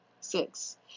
Six